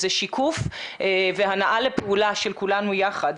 זה שיקוף והנעה לפעולה של כולנו יחד.